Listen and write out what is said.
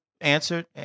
Answered